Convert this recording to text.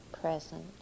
present